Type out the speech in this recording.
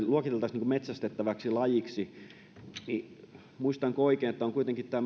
luokiteltaisiin metsästettäväksi lajiksi niin muistanko oikein että on kuitenkin